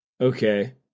Okay